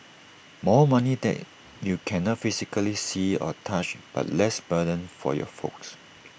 more money that you cannot physically see or touch but less burden for your folks